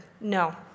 no